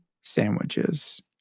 sandwiches